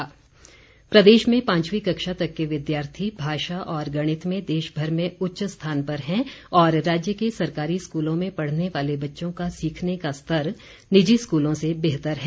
report प्रदेश में पांचवीं कक्षा तक के विद्यार्थी भाषा और गणित में देशभर में उच्च स्थान पर हैं और राज्य के सरकारी स्कूलों में पढ़ने वाले बच्चों का सीखने का स्तर निजी स्कूलों से बेहतर है